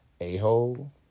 a-hole